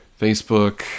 Facebook